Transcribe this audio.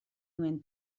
nuen